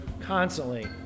constantly